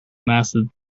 massive